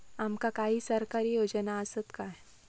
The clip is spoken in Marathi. आमका काही सरकारी योजना आसत काय?